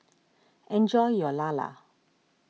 enjoy your Lala